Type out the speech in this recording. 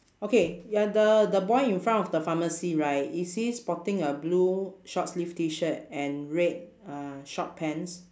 okay ya the the boy in front of the pharmacy right is he sporting a blue short sleeve T-shirt and red uh short pants